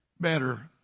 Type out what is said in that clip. better